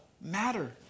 matter